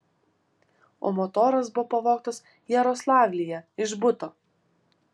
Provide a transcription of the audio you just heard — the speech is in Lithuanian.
o motoras buvo pavogtas jaroslavlyje iš buto